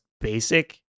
basic